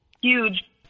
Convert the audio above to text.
Huge